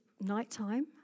nighttime